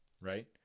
right